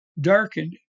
darkened